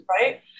right